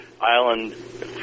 Island